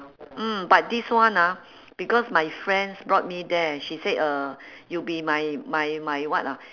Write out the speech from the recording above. mm but this one ah because my friends brought me there she said uh you be my my my what ah